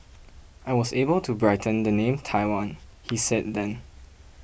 I was able to brighten the name Taiwan he said then